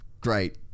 great